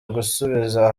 gusubiza